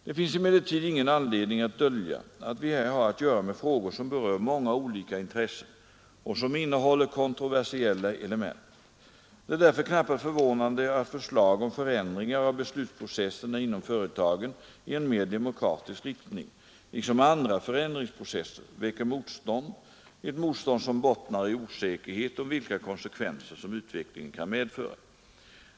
Det finns emellertid ingen anledning att dölja att vi här har att göra med frågor som berör många olika intressen och som innehåller kontroversiella element. Det är därför knappast förvånande att förslag om förändringar av beslutsprocesserna inom företagen i en mer demokratisk riktning, liksom andra förändringsprocesser, väcker motstånd, ett motstånd som bottnar i osäkerhet om vilka konsekvenser som utvecklingen kan medföra.